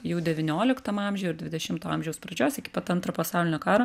jau devynoliktam amžiuj ir dvidešimto amžiaus pradžios iki pat antro pasaulinio karo